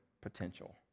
potential